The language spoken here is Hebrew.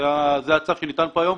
זה הצו שניתן פה היום.